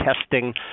testing